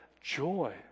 joy